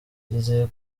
yizeye